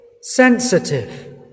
sensitive